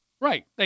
Right